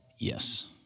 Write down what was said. Yes